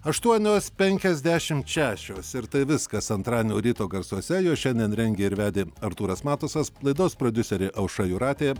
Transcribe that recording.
aštuonios penkiasdešimt šešios ir tai viskas antradienio ryto garsuose juos šiandien rengė ir vedė artūras matusas laidos prodiuserė aušra jūratė